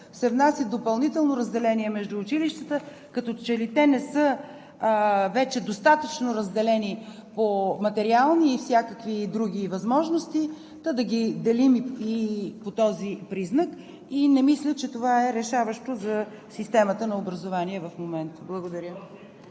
се внася и допълнително разделение между училищата, като че ли те не са вече достатъчно разделени по материални и всякакви други възможности, та да ги делим и по този признак и не мисля, че това е решаващо за системата на образование в момента. Благодаря.